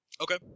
Okay